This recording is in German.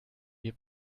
wir